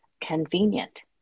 convenient